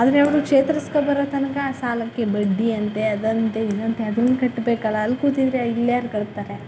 ಆದರೆ ಅವರು ಚೇತರಿಸ್ಕೊ ಬರೋ ತನಕ ಆ ಸಾಲಕ್ಕೆ ಬಡ್ಡಿ ಅಂತೆ ಅದಂತೆ ಇದಂತೆ ಅದನ್ನ ಕಟ್ಬೇಕಲ್ಲ ಅಲ್ಲಿ ಕೂತಿದ್ದರೆ ಇಲ್ಯಾರು ಕಟ್ತಾರೆ